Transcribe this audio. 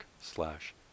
slash